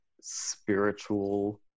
spiritual